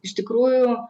iš tikrųjų